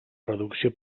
reducció